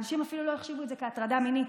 הנשים אפילו לא החשיבו את זה כהטרדה מינית,